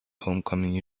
homecoming